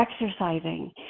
exercising